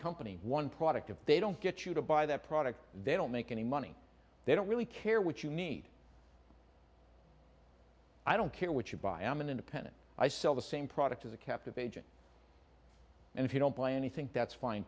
company one product if they don't get you to buy that product they don't make any money they don't really care what you need i don't care what you buy i'm an independent i sell the same product as a captive agent and if you don't play anything that's fine